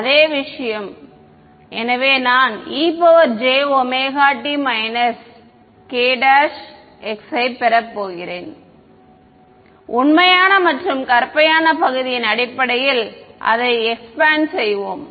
அதே விஷயம் எனவே நான் e j ωt k′x பெறப் போகிறேன் மாணவர் கழித்தல் உண்மையான மற்றும் கற்பனையான பகுதியின் அடிப்படையில் அதை எக்ஸ்பேண்ட் செய்வோம்